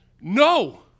No